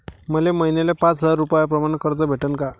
मले महिन्याले पाच हजार रुपयानं कर्ज भेटन का?